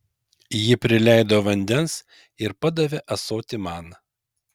ji prileido vandens ir padavė ąsotį man